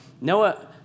Noah